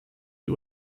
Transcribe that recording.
die